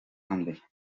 ande